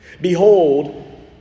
Behold